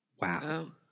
Wow